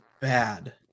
bad